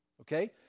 Okay